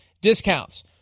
discounts